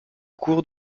cours